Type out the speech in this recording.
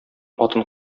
атын